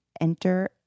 enter